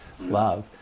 love